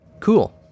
cool